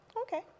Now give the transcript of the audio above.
Okay